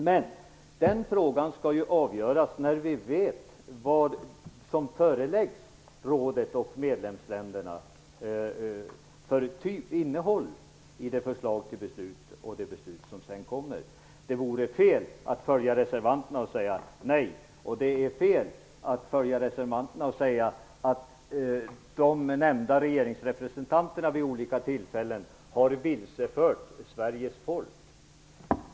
Men den frågan skall avgöras när vi vet vad som förty föreläggs rådet och medlemsländerna som innehåll i förslag till beslut och i det beslut som sedan kommer. Det vore fel att följa reservanterna och säga nej. Det är fel att följa reservanterna och säga att de nämnda regeringsrepresentanterna vid olika tillfällen har vilsefört Sveriges folk.